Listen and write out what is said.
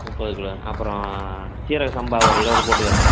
முப்பது கிலோ அப்புறம் சீரக சம்பா ஒரு இருபது போட்டுக்கிறேன்